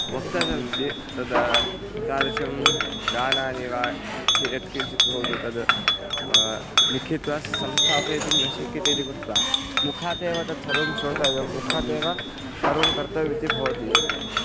वक्तव्यमस्ति तद् तादृशं गानानि वा यत्किञ्चित् भवतु तद् लिखित्वा संस्थापयितुं न शक्यते इति कृत्वा मुखात् एव तत् सर्वं श्रोतव्यं मुखात् एव सर्वं कर्तव्यम् इति भवति